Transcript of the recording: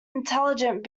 intelligent